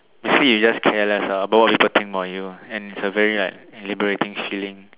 to see is just careless lah about what people think about you and is a very like liberating feeling